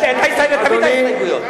תביא את ההסתייגויות.